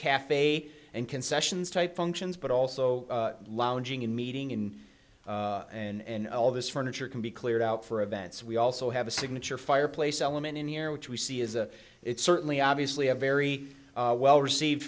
cafe and concessions type functions but also lounging in meeting in and all of this furniture can be cleared out for events we also have a signature fireplace element in the air which we see is a it's certainly obviously a very well received